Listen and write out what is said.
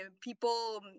people